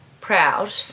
proud